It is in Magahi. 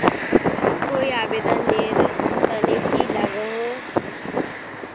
कोई आवेदन नेर तने की लागोहो?